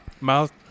Mouth